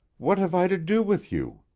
what hev i to do with you?